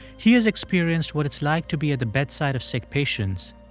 he has experienced what it's like to be at the bedside of sick patients,